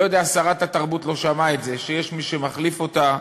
לא יודע, שרת התרבות לא שמעה שיש מי שמחליף אותה.